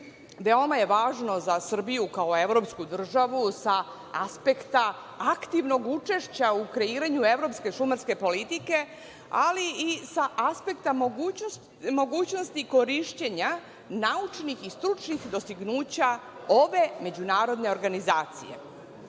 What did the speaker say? veoma je važno za Srbiju kao evropsku državu sa aspekta aktivnog učešća u kreiranju evropske šumarske politike, ali i sa aspekta mogućnosti korišćenja naučnih i stručnih dostignuća ove međunarodne organizacije. Ovde